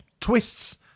twists